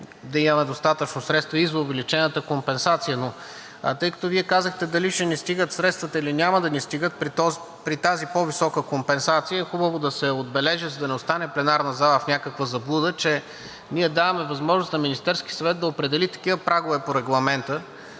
да имаме достатъчно средства и за увеличената компенсация, но тъй като Вие казахте: дали ще ни стигат средствата, или няма да ни стигат при тази по-висока компенсация, е хубаво да се отбележи, за да не остане пленарната зала в някаква заблуда, че ние даваме възможност на Министерския съвет да определи такива прагове по Регламента,